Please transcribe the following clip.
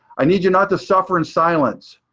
i need you not to suffer in silence.